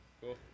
Cool